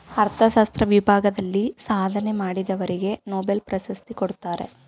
ಅರ್ಥಶಾಸ್ತ್ರ ವಿಭಾಗದಲ್ಲಿ ಸಾಧನೆ ಮಾಡಿದವರಿಗೆ ನೊಬೆಲ್ ಪ್ರಶಸ್ತಿ ಕೊಡ್ತಾರೆ